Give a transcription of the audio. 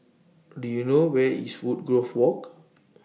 Do YOU know Where IS Woodgrove Walk